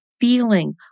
feeling